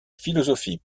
philosophie